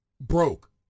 broke